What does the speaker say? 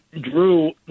Drew